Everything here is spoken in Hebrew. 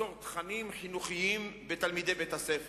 ליצור תכנים חינוכיים בתלמידי בית-הספר.